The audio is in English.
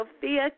Sophia